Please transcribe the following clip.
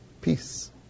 peace